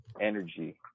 energy